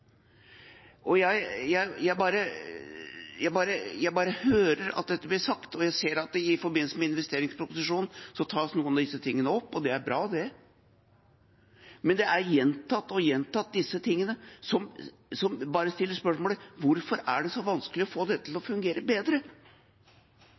Jeg bare hører at dette blir sagt. Jeg ser at i forbindelse med investeringsproposisjonen blir noe av dette tatt opp. Det er bra. Men disse tingene blir gjentatt og gjentatt. Jeg stiller bare spørsmålet: Hvorfor er det så vanskelig å få dette til å